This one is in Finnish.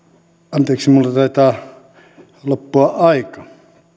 anteeksi minulla taitaa loppua aika